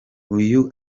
uyu